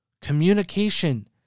Communication